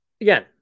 again